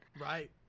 right